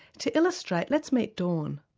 to illustrate let's meet dawn,